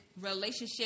relationship